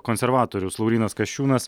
konservatorius laurynas kasčiūnas